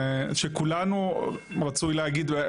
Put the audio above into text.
שכולנו רצוי להגיד,